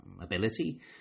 ability